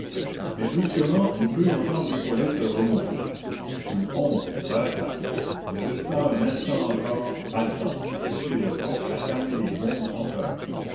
mais brusquement il crut entendre hippolyte remonter une honte l'arrêta il resta un instant encore haletant à s'essuyer le front à calmer les bonds de son coeur